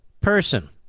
person